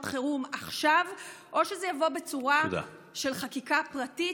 חירום עכשיו או שזה יבוא בצורה של חקיקה פרטית.